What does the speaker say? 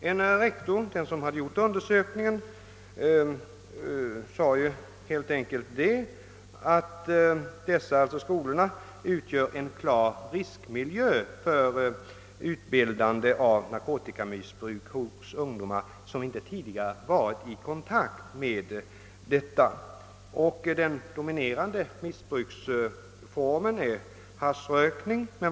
En rektor — som för övrigt hade gjort undersökningen — förklarade helt enkelt att skolorna utgör en klar riskmiljö för utbildande av narkotikamissbruk hos ungdomar som tidigare inte varit i kontakt med detta. Den dominerande missbruksformen är haschrökning.